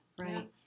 right